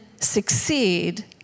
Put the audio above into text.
succeed